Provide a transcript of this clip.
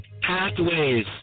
pathways